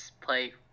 play